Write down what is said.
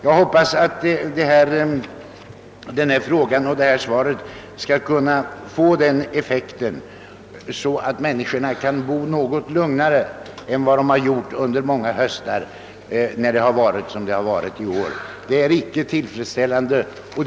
Jag hoppas att min fråga och svaret på den skall få denna effekt, så att människorna i dessa trakter kan känna sig lugnare än vad de gjort under många höstar då förhållandena varit sådana som i år.